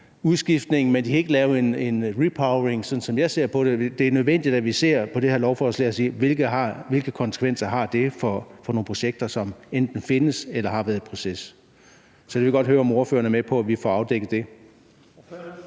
men de kan ikke lave en repowering, sådan som jeg ser på det. Det er nødvendigt, at vi ser på det her lovforslag og siger: Hvilke konsekvenser har det for nogle projekter, som enten findes eller har været i proces? Så jeg vil godt høre, om ordføreren er med på, at vi får afdækket det.